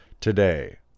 today